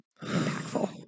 impactful